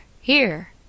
here